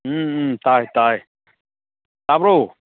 ꯎꯝ ꯎꯝ ꯇꯥꯏ ꯇꯥꯏ ꯇꯥꯕ꯭ꯔꯣ